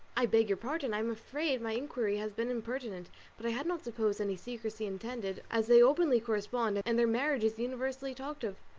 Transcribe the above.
i beg your pardon, i am afraid my inquiry has been impertinent but i had not supposed any secrecy intended, as they openly correspond, and their marriage is universally talked of.